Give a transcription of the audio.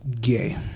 gay